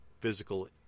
physical